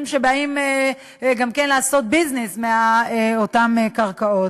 שבאים גם כן לעשות ביזנס מאותן קרקעות?